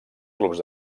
clubs